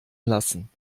lassen